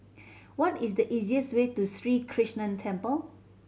what is the easiest way to Sri Krishnan Temple